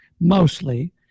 mostly